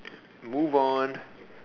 move on